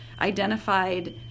identified